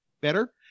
better